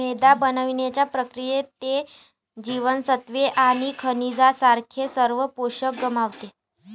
मैदा बनवण्याच्या प्रक्रियेत, ते जीवनसत्त्वे आणि खनिजांसारखे सर्व पोषक गमावते